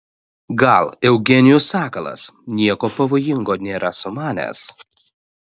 gal eugenijus sakalas nieko pavojingo nėra sumanęs